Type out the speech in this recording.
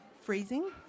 freezing